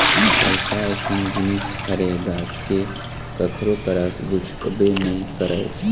पइसा अइसन जिनिस हरे गा के कखरो करा रुकबे नइ करय